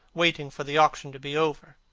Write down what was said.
waiting for the auction to be over.